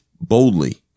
boldly